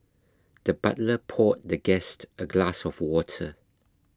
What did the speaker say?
the butler poured the guest a glass of water